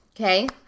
okay